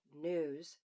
news